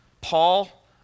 Paul